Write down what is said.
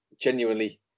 Genuinely